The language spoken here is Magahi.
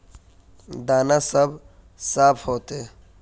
दाना सब साफ होते?